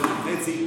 חודש וחצי,